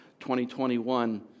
2021